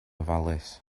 ofalus